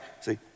See